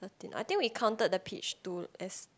I think we counted the peach two as